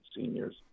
seniors